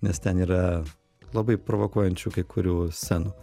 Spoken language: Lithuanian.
nes ten yra labai provokuojančių kai kurių scenų